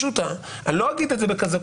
אני רוצה להחריג את זה מהביקורת